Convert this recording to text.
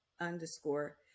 underscore